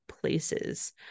places